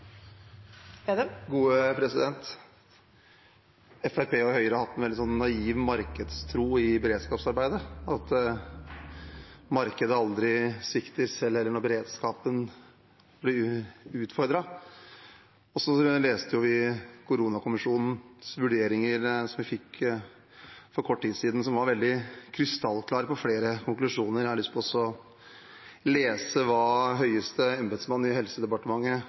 og Høyre har hatt en veldig naiv markedstro i beredskapsarbeidet, at markedet aldri svikter selv om beredskapen blir utfordret. Vi har lest koronakommisjonens vurderinger som vi fikk for kort tid siden, og som var veldig krystallklare på flere konklusjoner. Jeg har lyst til å lese hva høyeste embedsmann i Helsedepartementet